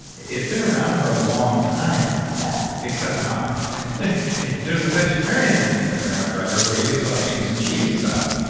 it's been around for a long time yeah except not there's a vegetarian thing that's been around forever, but you can still have eggs and cheese and stuff